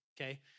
Okay